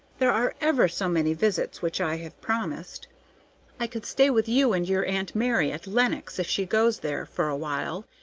there are ever so many visits which i have promised i could stay with you and your aunt mary at lenox if she goes there, for a while,